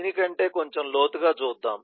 దీని కంటే కొంచెం లోతుగా చూద్దాం